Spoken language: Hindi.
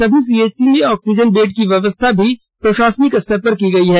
सभी सीएचसी में ऑक्सीजन बेड की व्यवस्था भी प्रशासनिक स्तर पर की गई है